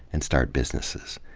and start businesses.